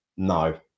no